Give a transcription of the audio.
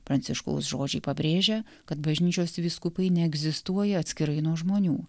pranciškaus žodžiai pabrėžia kad bažnyčios vyskupai neegzistuoja atskirai nuo žmonių